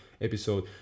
episode